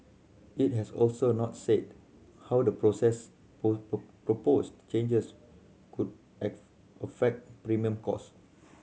it has also not said how the process proposed changes could affect premium cost